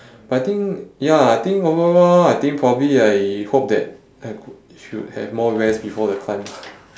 but I think ya I think overall I think probably I hope that I could should have more rest before the climb lah